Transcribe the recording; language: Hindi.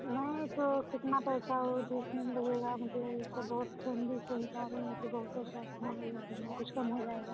नहीं तो कितना पैसा ओ देखने में लगेगा मतलब ऐसे बहुत फैमिली संग जा रहे हैं तो बहुत पैसा कुछ कम हो जाएगा